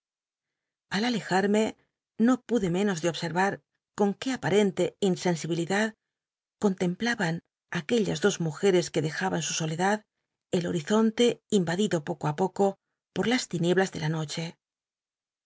al alejarme no pude menos de observar con qué aparente insensibilidad contemplaban aquellas dos mujeres que dejaba en su soledad el horizonte invadido poco á poco por las tinieblas de la noche